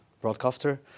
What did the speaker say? broadcaster